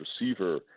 receiver